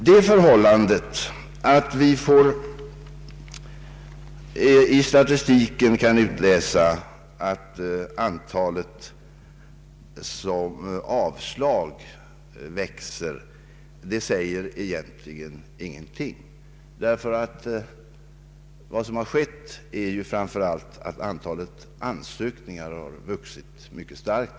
Det förhållandet att vi i statistiken kan utläsa att antalet avslag växer säger egentligen ingenting. Vad som skett är ju framför allt att antalet ansökningar har vuxit mycket starkt.